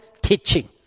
teaching